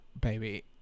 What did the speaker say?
baby